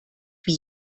wie